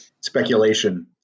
speculation